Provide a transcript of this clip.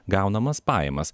gaunamas pajamas